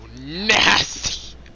nasty